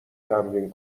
تمرین